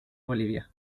bolivia